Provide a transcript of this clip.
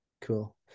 Cool